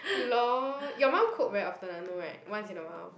lol your mum cook very often ah no [right] once in awhile